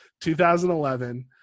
2011